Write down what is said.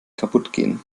kaputtgehen